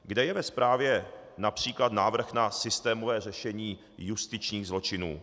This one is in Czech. Kde je ve zprávě například návrh na systémové řešení justičních zločinů?